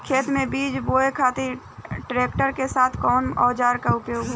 खेत में बीज बोए खातिर ट्रैक्टर के साथ कउना औजार क उपयोग होला?